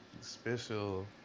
special